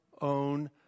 own